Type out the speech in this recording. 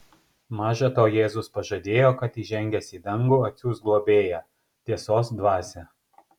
maža to jėzus pažadėjo kad įžengęs į dangų atsiųs globėją tiesos dvasią